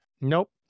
nope